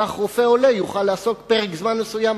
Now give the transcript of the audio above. כך רופא עולה יוכל לעסוק ברפואה פרק זמן מסוים,